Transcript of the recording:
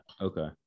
okay